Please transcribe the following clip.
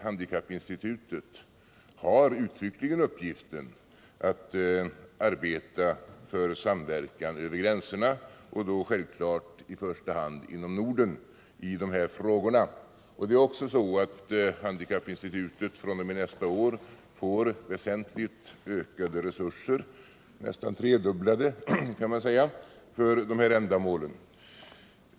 Handikappinstitutet har uttryckligen till uppgift att arbeta för samverkan över gränserna — och då självfallet i första hand inom Norden — i de här frågorna. Handikappinstitutet får fr.o.m. nästa år också väsentligt ökade resurser — nästan tredubblade, kan man säga — för de ändamålen.